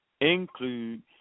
include